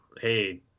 hey